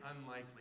unlikely